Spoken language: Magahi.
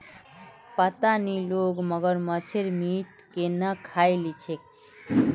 पता नी लोग मगरमच्छेर मीट केन न खइ ली छेक